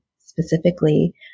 specifically